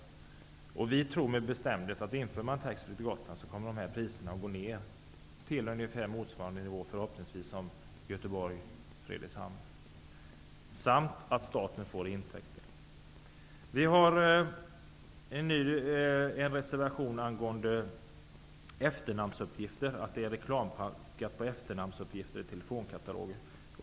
Ny demokrati tror med bestämdhet att de här priserna om man inför taxfreeförsäljning på Gotlandsresorna kommer att gå ned till förhoppningsvis ungefär motsvarande kostnadsnivå som gäller för sträckan Göteborg-- Fredrikshamn. Dessutom får staten intäkter. Ny demokrati har en reservation om reklamskatt för efternamnsuppgifter i telefonkatalogen.